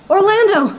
Orlando